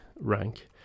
rank